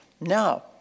No